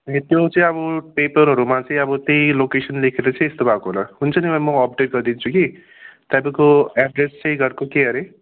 ए त्यो चाहिँ अब पेपरहरूमा चाहिँ अब त्यही लोकेसन लेखेर चाहिँ यस्तो भएको होला हुन्छ नि भाइ म अपडेट गरिदिन्छु कि तपाईँको एड्रेस चाहिँ घरको के अरे